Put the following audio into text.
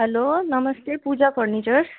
हलो नमस्ते पूजा फर्निचर